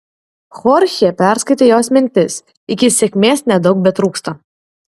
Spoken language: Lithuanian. chorchė perskaitė jos mintis iki sėkmės nedaug betrūksta